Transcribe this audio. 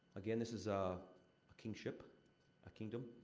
again, this is ah a kingship a kingdom.